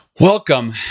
Welcome